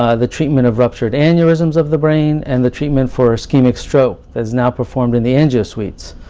ah the treatment of ruptured aneurysms of the brain, and the treatment for ischemic stroke that is now preformed in the angio suites.